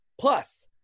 Plus